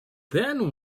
then